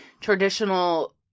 traditional